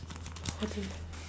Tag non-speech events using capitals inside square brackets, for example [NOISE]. [NOISE] okay